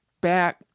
back